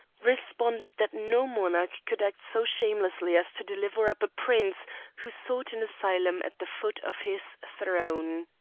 responded that no monarch could act so shamelessly as to deliver up a prince who sought an asylum at the foot of his throne.